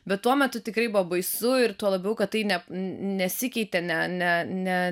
bet tuo metu tikrai buvo baisu ir tuo labiau kad tai ne nesikeitė ne ne ne